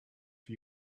for